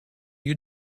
you